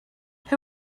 who